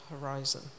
horizon